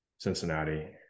Cincinnati